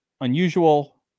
unusual